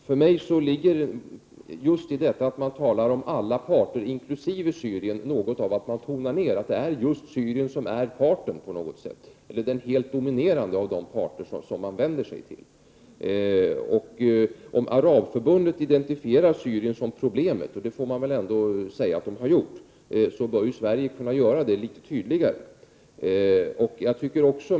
Herr talman! Semantiskt eller inte, men för mig ligger i detta att man talar om alla parter, inkl. Syrien, något av att man tonar ner det faktum att just Syrien är den helt dominerande part som man vänder sig till. Om Arabförbundet identifierar Syrien som problemet, och det får man väl säga att det har gjort, så bör också Sverige kunna göra det litet tydligare.